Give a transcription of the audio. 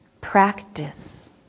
practice